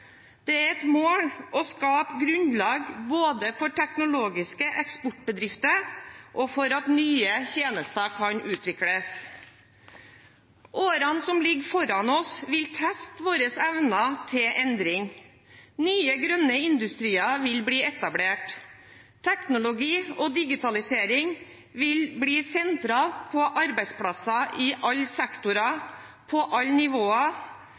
Det er et mål å skape grunnlag både for teknologiske eksportbedrifter og for at nye tjenester kan utvikles. I årene som ligger foran oss, vil våre evner til endring bli testet. Nye grønne industrier vil bli etablert. Teknologi og digitalisering vil bli sentralt på arbeidsplasser i alle sektorer på alle nivåer.